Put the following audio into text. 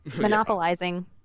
monopolizing